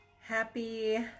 Happy